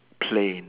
plain